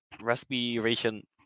respiration